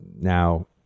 Now